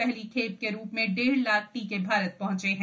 पहली खेप के रूप में डेढ लाख टीके भारत पहंचे हैं